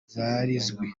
zirazwi